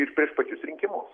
ir prieš pačius rinkimus